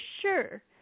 sure